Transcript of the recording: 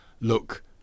Look